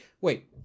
wait